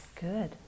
Good